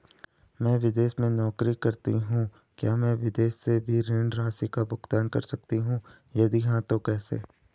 मैं विदेश में नौकरी करतीं हूँ क्या मैं विदेश से भी ऋण राशि का भुगतान कर सकती हूँ यदि हाँ तो कैसे?